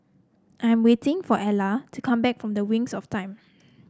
I am waiting for Elva to come back from Wings of Time